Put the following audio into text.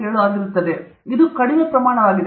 7 ಆಗಿರುತ್ತದೆ ಇದು ಕಡಿಮೆ ಪ್ರಮಾಣವಾಗಿದೆ